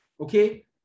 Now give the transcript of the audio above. okay